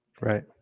Right